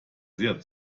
sehr